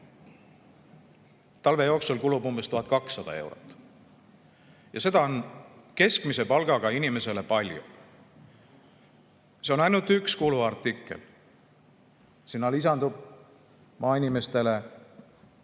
Talve jooksul kulub umbes 1200 eurot. Ja seda on keskmise palgaga inimesele palju. See on ainult üks kuluartikkel. Sinna lisandub maainimestel